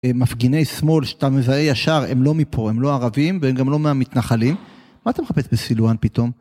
מפגיני שמאל שאתה מזהה ישר, הם לא מפה, הם לא ערבים והם גם לא מהמתנחלים. מה אתה מחפש בסילואן פתאום?